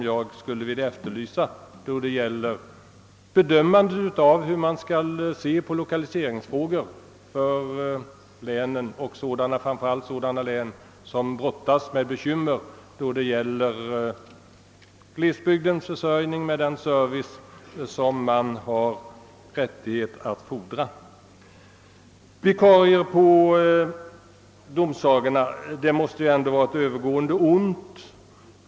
Jag skulle vilja efterlysa den röda tråden vid bedömandet av lokaliseringsfrågorna för länen — framför allt de län som brottas med bekymmer för den service som man har rättighet att fordra även i glesbygder. Vikarier på domsagorna måste vara ett övergående ont.